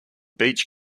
beach